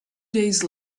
days